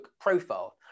profile